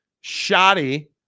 Shoddy